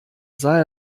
sah